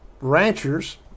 ranchers